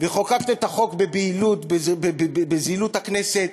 וחוקקתם את החוק בבהילות ובזילות הכנסת.